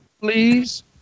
please